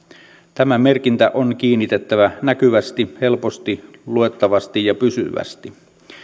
tämä merkintä on kiinnitettävä näkyvästi helposti luettavasti ja pysyvästi